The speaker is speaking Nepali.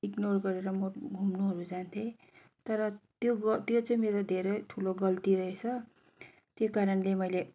इग्नोर गरेर म घुम्नुहरू जान्थेँ तर त्यो ग त्यो चाहिँ मेरो धेरै ठुलो गल्ती रहेछ त्यो कारणले मैले